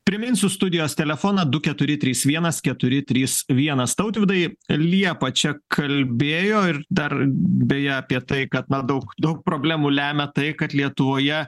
priminsiu studijos telefoną du keturi trys vienas keturi trys vienas tautvydai liepa čia kalbėjo ir dar beje apie tai kad na daug daug problemų lemia tai kad lietuvoje